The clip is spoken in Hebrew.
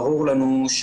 ברור לנו,